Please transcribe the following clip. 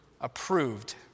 Approved